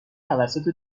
توسط